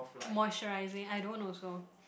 moisturising I don't also